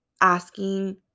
asking